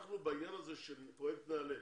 אנחנו בעניין הזה של פרויקט נעל"ה,